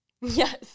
Yes